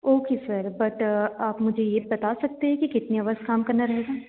okay sir but आप मुझे ये बता सकते हैं कि कितने आवर्स काम करना रहेगा